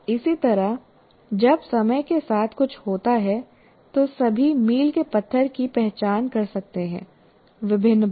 इसी तरह जब समय के साथ कुछ होता है तो सभी मील के पत्थर की पहचान कर सकते हैं विभिन्न बार